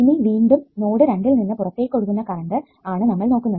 ഇനി വീണ്ടും നോഡ് രണ്ടിൽ നിന്ന് പുറത്തേക്ക് ഒഴുകുന്ന കറണ്ട് ആണ് നമ്മൾ നോക്കുന്നത്